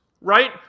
right